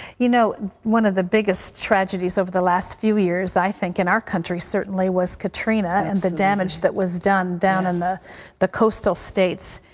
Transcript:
you know and one of the biggest tragedies over the last few years, i think, in our country certainly was katrina and the damage that was done down in the the coastal states.